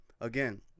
again